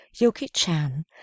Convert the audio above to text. Yuki-chan